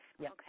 okay